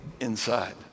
inside